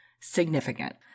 significant